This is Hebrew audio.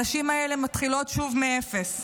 הנשים האלה מתחילות שוב מאפס.